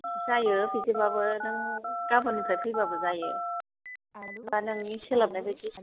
जायो बिदिब्लाबो नों गाबोननिफ्राइ फैब्लाबो जायो दा नोंनि सोलाबनाय बायदि